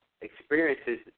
experiences